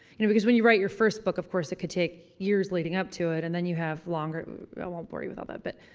you know, because when you write your first book, of course, it could take years leading up to it and then you have longer. i won't bore you with all that, but